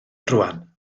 rŵan